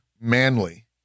manly